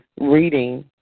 reading